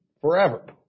forever